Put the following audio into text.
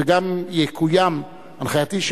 וגם תקוים הנחייתי,